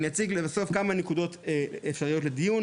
אני אציג לבסוף כמה נקודות אפשריות לדיון,